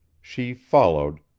she followed,